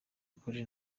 ukuri